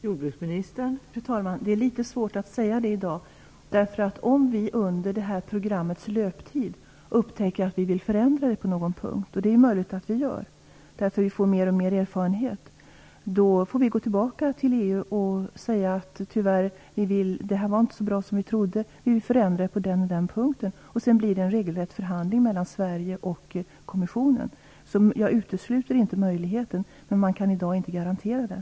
Fru talman! Det är litet svårt att säga det i dag. Om vi under programmets löptid upptäcker att vi vill förändra det på någon punkt - och det är möjligt att vi gör, eftersom vi får alltmer erfarenhet - får vi gå tillbaka till EU och säga att det tyvärr inte var så bra som vi trodde, och att vi vill förändra på den ena eller andra punkten. Sedan blir det en regelrätt förhandling mellan Sverige och kommissionen. Jag utesluter inte möjligheten, men man kan i dag inte garantera den.